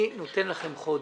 אני נותן לכם חודש.